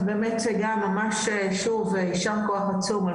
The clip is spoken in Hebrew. אז באמת שגם ממש שוב יישר כוח עצום על